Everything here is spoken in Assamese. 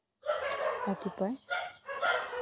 ৰাতিপুৱাই